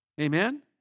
Amen